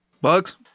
Bugs